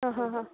ಹಾಂ ಹಾಂ ಹಾಂ